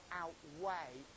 outweigh